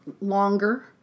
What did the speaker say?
longer